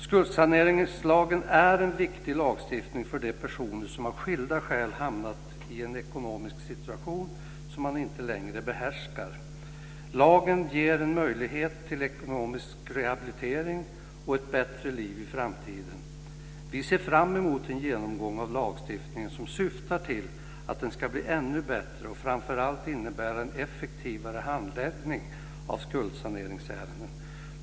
Skuldsaneringslagen är en viktig lagstiftning för de personer som av skilda skäl har hamnat i en ekonomisk situation som man inte längre behärskar. Lagen ger en möjlighet till ekonomisk rehabilitering och ett bättre liv i framtiden. Vi ser fram emot en genomgång av lagstiftningen som syftar till att den ska bli ännu bättre och framför allt innebära en effektivare handläggning av skuldsaneringsärenden.